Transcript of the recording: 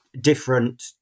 different